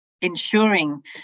ensuring